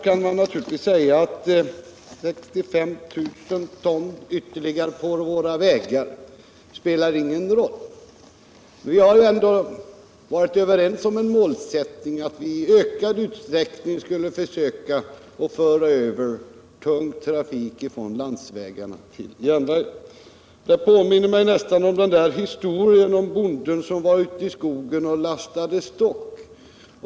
Man kan naturligtvis säga att 65 000 ton ytterligare på våra vägar inte spelar någon roll. Men vi har väl ändå varit överens om målsättningen att i ökad utsträckning försöka föra över den tunga trafiken från landsvägarna till järnvägen. Det här påminner mig om historien om bonden som var ute i skogen och lastade stock.